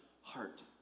heart